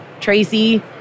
Tracy